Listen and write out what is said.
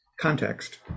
context